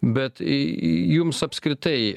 bet į jums apskritai